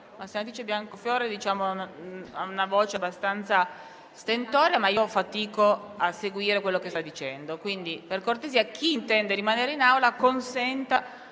La senatrice Biancofiore ha una voce abbastanza stentorea, ma io fatico a seguire quello che sta dicendo. Chi intende rimanere in Aula consenta